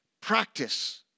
Practice